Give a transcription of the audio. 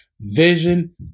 vision